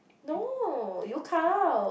no you count